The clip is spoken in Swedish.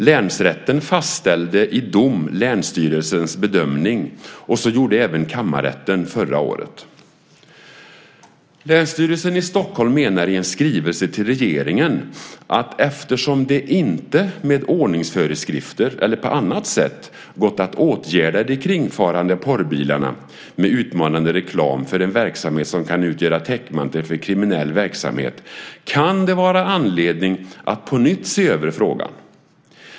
Länsrätten fastställde i dom länsstyrelsens bedömning, och så gjorde även kammarrätten förra året. Länsstyrelsen i Stockholm menar i en skrivelse till regeringen att eftersom det inte med ordningsföreskrifter eller på annat sätt gått att åtgärda de kringfarande porrbilarna med utmanande reklam för en verksamhet som kan utgöra täckmantel för kriminell verksamhet, kan det vara anledning att på nytt se över frågan.